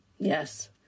Yes